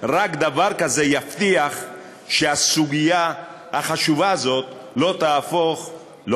רק דבר כזה יבטיח שהסוגיה החשובה הזאת לא תהפוך לא